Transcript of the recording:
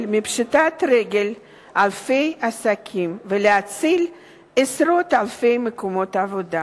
מפשיטת רגל אלפי עסקים ולהציל עשרות אלפי מקומות עבודה,